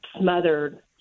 smothered